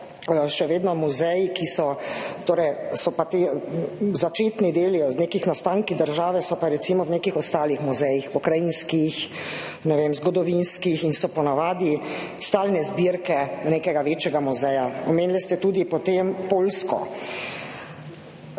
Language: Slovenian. še vedno muzeji, torej ti začetni deli o nekih nastankih države so pa recimo v nekih ostalih muzejih, pokrajinskih, ne vem, zgodovinskih, in so po navadi stalne zbirke nekega večjega muzeja. Omenili ste tudi potem Poljsko.